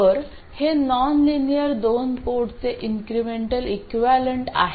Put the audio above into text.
तर हे नॉनलिनियर दोन पोर्टचे इन्क्रिमेंटल इक्विवलेंट आहे